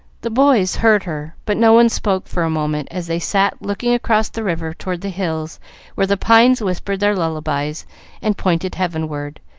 the boys heard her, but no one spoke for a moment as they sat looking across the river toward the hill where the pines whispered their lullabies and pointed heavenward,